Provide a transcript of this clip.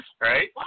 Right